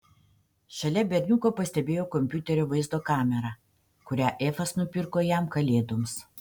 šalia berniuko pastebėjo kompiuterio vaizdo kamerą kurią efas nupirko jam kalėdoms